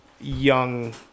young